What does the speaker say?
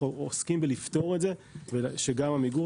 אנחנו עוסקים לפתור את זה כדי שגם עמיגור